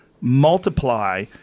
multiply